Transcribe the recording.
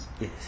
Yes